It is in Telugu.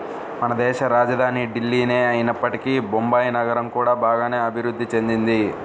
మనదేశ రాజధాని ఢిల్లీనే అయినప్పటికీ బొంబాయి నగరం కూడా బాగానే అభిరుద్ధి చెందింది